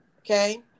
Okay